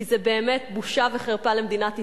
כי זה באמת בושה וחרפה למדינת ישראל,